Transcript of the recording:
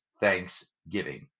Thanksgiving